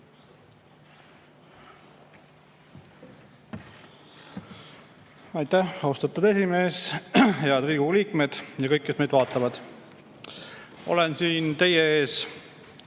Aitäh, austatud esimees! Head Riigikogu liikmed! Kõik, kes meid vaatavad! Olen siin teie ees